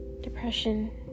depression